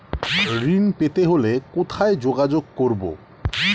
ঋণ পেতে হলে কোথায় যোগাযোগ করব?